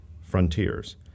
frontiers